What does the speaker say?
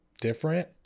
different